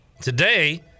today